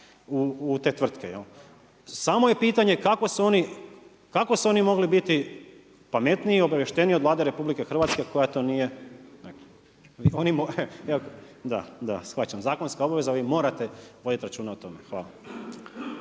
u te tvrtke. Samo je pitanje kako su oni mogli biti pametniji, obavješteniji od Vlade RH koja to nije. … /Upadica se ne razumije./ … shvaćam, zakonska obveza vi morate voditi računa o tome. Hvala.